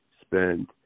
spend